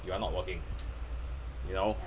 you are not working you know